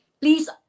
please